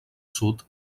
sud